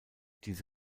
diese